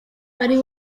ari